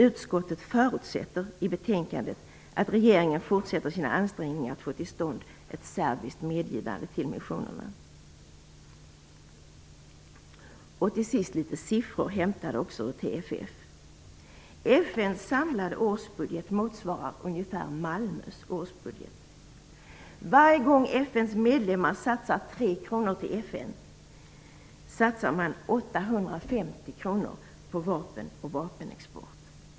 Utskottet förutsätter i betänkandet att regeringen fortsätter sina ansträngningar att få till stånd ett serbiskt medgivande till missionerna. Till sist litet siffror hämtade ur TFF: FN:s samlade årsbudget motsvarar ungefär Malmös årsbudget. Varje gång FN:s medlemmar satsar tre kronor till FN, satsar de 850 kr på vapen och vapenexport.